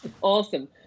awesome